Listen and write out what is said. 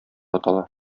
атала